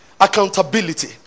accountability